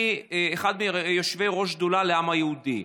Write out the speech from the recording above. אני אחד מיושבי-ראש השדולה לעם היהודי.